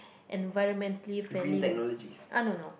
environmentally friendly ah no no